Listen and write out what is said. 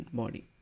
body